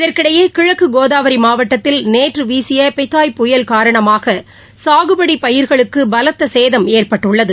இதற்கிடையே கிழக்கு கோதாவரி மாவட்டத்தில் நேற்று வீசிய பெத்தாய் புயல் காரணமாக சாகுபடி பயிர்களுக்கு பலத்த சேதம் ஏற்பட்டுள்ளது